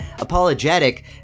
Apologetic